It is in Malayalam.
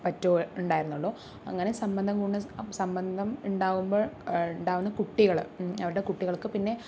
പറ്റുക ഉണ്ടായിരുന്നുള്ളു അങ്ങനെ സംബന്ധം കൂടുന്ന സംബന്ധം ഉണ്ടാകുമ്പോൾ ഉണ്ടാകുന്ന കുട്ടികള് അവരുടെ കുട്ടികള്ക്ക് പിന്നെ